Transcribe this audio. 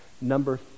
Number